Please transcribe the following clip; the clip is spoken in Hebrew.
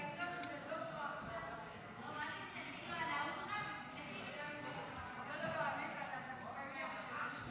אדוני היושב-ראש, כנסת נכבדה, ערנית, אתה האיש,